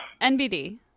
NBD